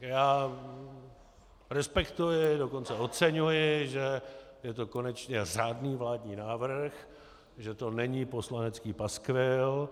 Já respektuji, dokonce oceňuji, že je to konečně řádný vládní návrh, že to není poslanecký paskvil.